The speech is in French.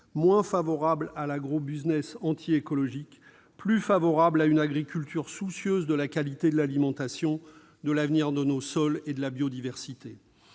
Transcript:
moins favorable à l'agrobusiness anti-écologique, plus favorable à une agriculture soucieuse de la qualité de l'alimentation, de l'avenir de nos sols et de la biodiversité.